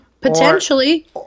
potentially